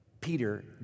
Peter